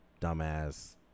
dumbass